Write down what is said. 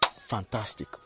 fantastic